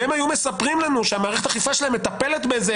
והם היו מספרים לנו שמערכת האכיפה שלהם מטפלת בזה,